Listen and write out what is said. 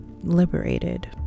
liberated